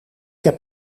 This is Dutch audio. heb